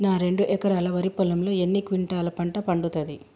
నా రెండు ఎకరాల వరి పొలంలో ఎన్ని క్వింటాలా పంట పండుతది?